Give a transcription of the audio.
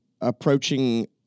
approaching